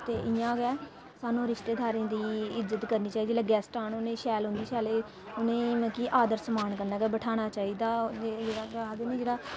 ते इ'यां गै सानूं रिश्तेदारें दी इज्जत करनी चाहिदी जेल्लै गैस्ट आन उ'नेंगी शैल उ'नेंगी शैल उ'नेंगी मतलब कि आदर समान कन्नै गै बठाह्ना चाहिदा होर जेह्ड़ा आखदे नी कि जेह्ड़ा